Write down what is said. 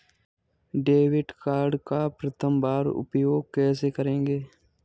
Debit card का प्रथम बार उपयोग कैसे करेंगे?